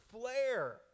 flare